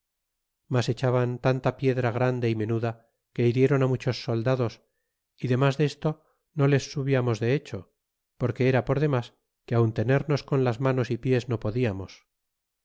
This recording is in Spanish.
mas echaban tanta piedra grande y menuda que hirieron á muchos soldados y demas desto no les subiamos de hecho porque era por demas que aun tenernos con las manos y pies no podiamos